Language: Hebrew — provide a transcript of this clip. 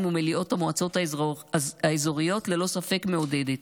ומליאות המועצות האזוריות ללא ספק מעודדת.